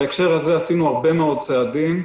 בהקשר הזה עשינו הרבה מאוד צעדים.